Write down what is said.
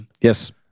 Yes